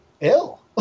ill